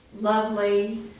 lovely